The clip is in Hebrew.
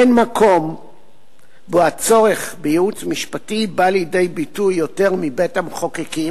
אין מקום שבו הצורך בייעוץ משפטי בא לידי ביטוי יותר מבית-המחוקקים,